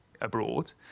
abroad